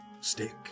stick